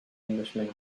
englishman